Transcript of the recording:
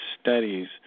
studies